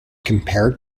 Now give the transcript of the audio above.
compared